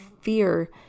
fear